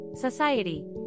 society